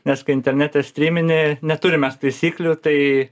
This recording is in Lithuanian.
nes kai internete strymini neturim mes taisyklių tai